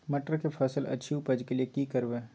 मटर के फसल अछि उपज के लिये की करबै?